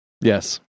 Yes